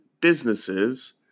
businesses